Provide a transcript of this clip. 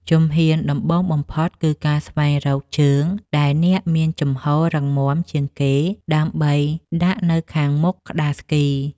ជំហានដំបូងបំផុត គឺការស្វែងរកជើងដែលអ្នកមានជំហររឹងមាំជាងគេ ដើម្បីដាក់នៅខាងមុខក្ដារស្គី។